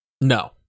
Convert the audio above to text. No